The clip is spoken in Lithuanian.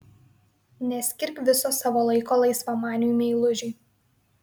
neskirk viso savo laiko laisvamaniui meilužiui